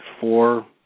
four